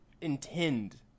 intend